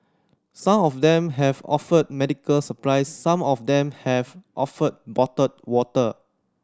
some of them have offered medical supplies some of them have offered bottled water